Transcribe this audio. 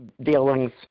dealings